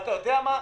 אתה יודע מה,